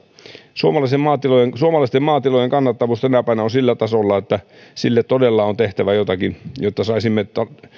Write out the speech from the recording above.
suomalaisten maatilojen suomalaisten maatilojen kannattavuus tänä päivänä on sillä tasolla että sille todella on tehtävä jotakin jotta saisimme